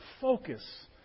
focus